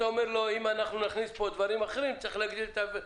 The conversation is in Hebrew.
אתה אומר לו: אם נכניס פה דברים אחרים אז נצטרך להגדיל את האחוז.